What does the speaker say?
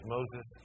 Moses